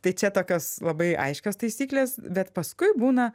tai čia tokios labai aiškios taisyklės bet paskui būna